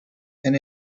and